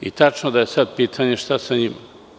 Tačno je da je sada pitanje – šta sa njima?